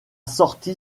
sorti